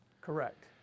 Correct